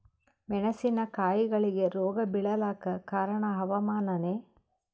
ಮೆಣಸಿನ ಕಾಯಿಗಳಿಗಿ ರೋಗ ಬಿಳಲಾಕ ಕಾರಣ ಹವಾಮಾನನೇ?